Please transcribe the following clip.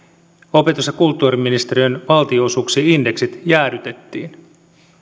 opetus ja kulttuuriministeriön valtionosuuksien indeksit jäädytettiin